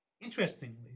interestingly